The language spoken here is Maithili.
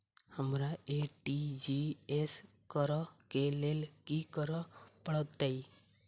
हमरा आर.टी.जी.एस करऽ केँ लेल की करऽ पड़तै?